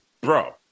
bro